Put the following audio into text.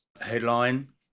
headline